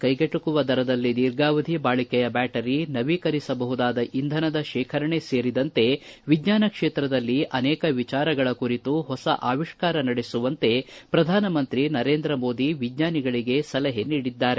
ಕೈಗೆಟಕುವ ದರದಲ್ಲಿ ದೀರ್ಘಾವಧಿ ಬಾಳಕೆಯ ಬ್ಯಾಟರಿ ನವೀಕರಿಸಬಹುದಾದ ಇಂಧನದ ಶೇಖರಣೆ ಸೇರಿದಂತೆ ವಿಜ್ಞಾನ ಕ್ಷೇತ್ರದಲ್ಲಿ ಅನೇಕ ವಿಚಾರಗಳ ಕುರಿತು ಹೊಸ ಅವಿಷ್ಣರ ನಡೆಸುವಂತೆ ಪ್ರಧಾನಮಂತ್ರಿ ನರೇಂದ್ರ ಮೋದಿ ವಿಜ್ವಾನಿಗಳಿಗೆ ಸಲಹೆ ನೀಡಿದ್ದಾರೆ